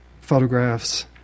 photographs